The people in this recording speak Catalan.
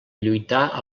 lluitar